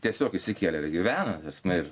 tiesiog įsikėlė ir gyvena ta prasme ir